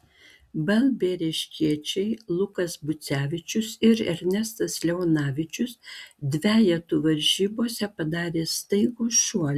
balbieriškiečiai lukas bucevičius ir ernestas leonavičius dvejetų varžybose padarė staigų šuolį